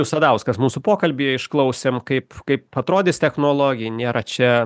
sadauskas mūsų pokalbyje išklausėm kaip kaip atrodys technologija nėra čia